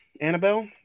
Annabelle